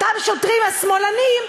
אותם שוטרים "שמאלנים",